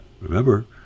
Remember